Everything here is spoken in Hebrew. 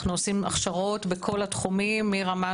אנחנו עושים הכשרות בכל התחומים מרמה